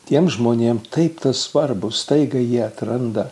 tiem žmonėm taip tas svarbu staiga jie atranda